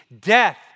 death